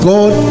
God